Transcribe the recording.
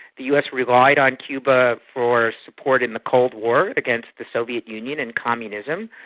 the us relied on cuba for support in the cold war against the soviet union and communism.